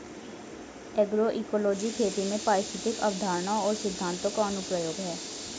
agroecology खेती में पारिस्थितिक अवधारणाओं और सिद्धांतों का अनुप्रयोग है